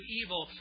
evil